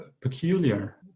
peculiar